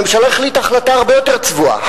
הממשלה החליטה החלטה הרבה יותר צבועה,